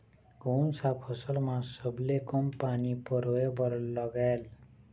कोन सा फसल मा सबले कम पानी परोए बर लगेल?